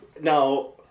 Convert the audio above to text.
Now